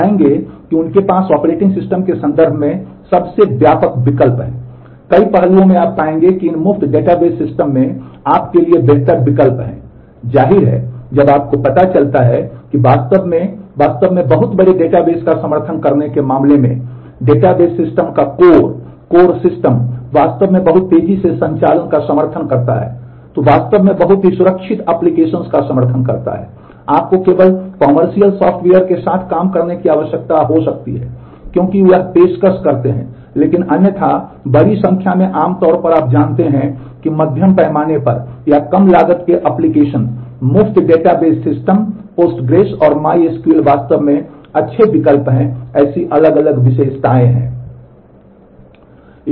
लेकिन आप वास्तव में Postgres और MySQL का उपयोग कर सकते हैं यदि आप इन दो कॉलम्स मुफ्त डेटाबेस सिस्टम पोस्टग्रैज और MySQL वास्तव में अच्छे विकल्प हैं ऐसी अलग अलग विशेषताएं हैं